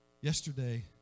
yesterday